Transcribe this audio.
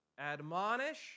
admonish